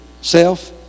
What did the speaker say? self